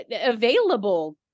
available